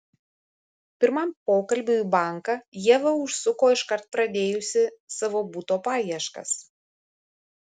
pirmam pokalbiui į banką ieva užsuko iškart pradėjusi savo buto paieškas